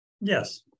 Yes